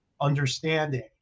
understanding